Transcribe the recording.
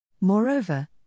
Moreover